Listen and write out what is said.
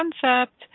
concept